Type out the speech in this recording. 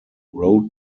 road